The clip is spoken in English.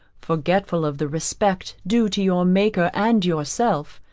forgetful of the respect due to your maker and yourself,